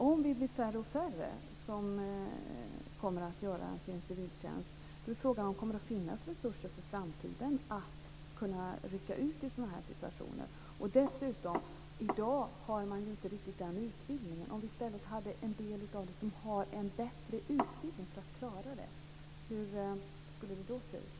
Om det blir allt färre som kommer att göra sin civiltjänst är frågan om det kommer att finnas resurser inför framtiden, så att man kan rycka ut i sådana här situationer. Dessutom finns ju inte riktigt den här utbildningen i dag. Hur skulle det se ut om en del i stället hade en bättre utbildning för att klara av detta?